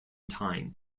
tyne